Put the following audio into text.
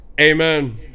Amen